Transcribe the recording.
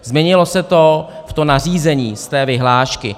Změnilo se to v to nařízení z té vyhlášky.